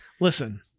listen